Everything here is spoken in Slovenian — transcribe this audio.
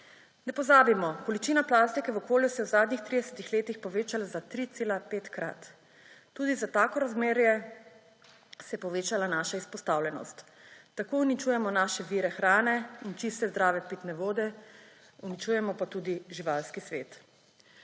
Ne pozabimo, količina plastike v okolju se je v zadnjih 30 letih povečala za 3,5-krat. Tudi za tako razmerje se je povečala naša izpostavljenost. Tako uničujemo naše vire hrane in čiste zdrave pitne vode, uničujemo pa tudi živalski svet.